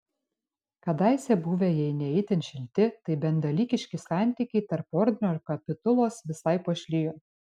kadaise buvę jei ne itin šilti tai bent dalykiški santykiai tarp ordino ir kapitulos visai pašlijo